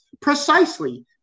Precisely